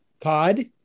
Todd